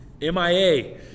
MIA